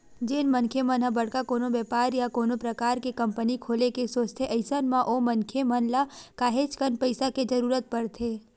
जेन मनखे मन ह बड़का कोनो बेपार या कोनो परकार के कंपनी खोले के सोचथे अइसन म ओ मनखे मन ल काहेच कन पइसा के जरुरत परथे